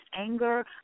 anger